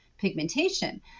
pigmentation